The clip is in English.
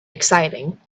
exciting